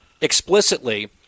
explicitly